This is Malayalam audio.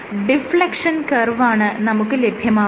ഡിഫ്ലെക്ഷൻ കർവാണ് നമുക്ക് ലഭ്യമാകുന്നത്